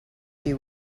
few